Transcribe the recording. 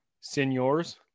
seniors